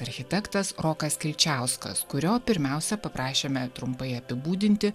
architektas rokas kilčiauskas kurio pirmiausia paprašėme trumpai apibūdinti